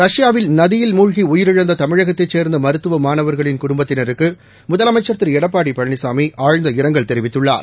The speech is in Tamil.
ரஷ்யாவில் நதியில் மூழ்கி உயிரிழந்த தமிழகத்தைச் சேர்ந்த மருத்துவ மாணவர்களின் குடும்பத்தினருக்கு முதலமைச்சர் திரு எடப்பாடி பழனிசாமி ஆழ்ந்த இரங்கல் தெரிவித்துள்ளார்